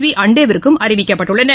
ஹண்டேவிற்கும் அறிவிக்கப்பட்டுள்ளது